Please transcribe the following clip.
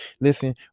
listen